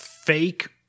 Fake